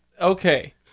okay